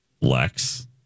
Lex